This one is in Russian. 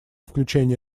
включение